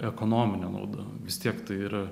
ekonominė nauda vis tiek tai yra